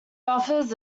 offers